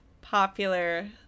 popular